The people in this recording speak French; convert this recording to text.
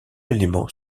élément